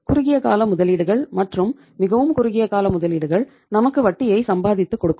குறுகிய கால முதலீடுகள் மற்றும் மிகவும் குறுகிய கால முதலீடுகள் நமக்கு வட்டியை சம்பாதித்துக் கொடுக்கும்